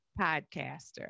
podcaster